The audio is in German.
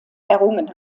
errungen